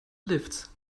lifts